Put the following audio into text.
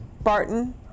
Barton